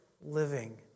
living